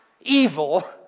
evil